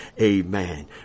amen